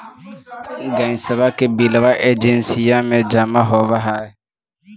गैसवा के बिलवा एजेंसिया मे जमा होव है?